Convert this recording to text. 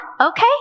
okay